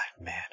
man